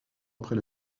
après